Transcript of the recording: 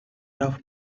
rough